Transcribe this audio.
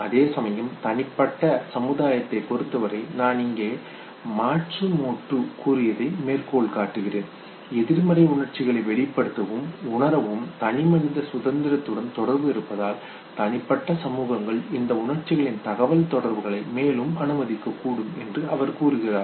அதேசமயம் தனிப்பட்ட சமுதாயத்தைப் பொறுத்தவரை நான் இங்கே மாட்சுமோட்டோ கூறியதை மேற்கோள் காட்டுகிறேன் எதிர்மறை உணர்ச்சிகளை வெளிப்படுத்தவும் உணரவும் தனிமனித சுதந்திரத்துடன் தொடர்பு இருப்பதால் தனிப்பட்ட சமூகங்கள் இந்த உணர்ச்சிகளின் தகவல்தொடர்புகளை மேலும் அனுமதிக்கக்கூடும் என்று அவர் கூறுகிறார்